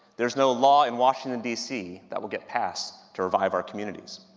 there's no law in washington dc that will get passed to revive our communities.